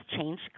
change